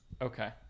okay